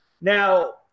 Now